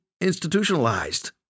institutionalized